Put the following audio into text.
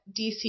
DC